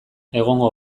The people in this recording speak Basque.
egongo